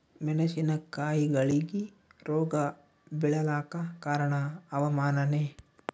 ಮೆಣಸಿನ ಕಾಯಿಗಳಿಗಿ ರೋಗ ಬಿಳಲಾಕ ಕಾರಣ ಹವಾಮಾನನೇ?